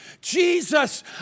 Jesus